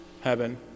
Heaven